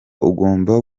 ugomba